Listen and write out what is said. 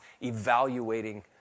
evaluating